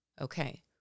Okay